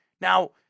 Now